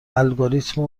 الگوریتم